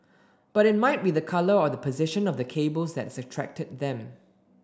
but it might be the colour or the position of the cables that's attracted them